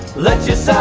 let's just